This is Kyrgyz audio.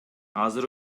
азыр